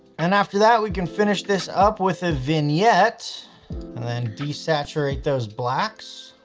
and after that, we can finish this up with a vignette and then desaturate those blacks.